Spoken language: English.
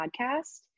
podcast